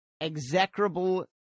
execrable